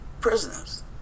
Prisoners